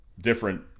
different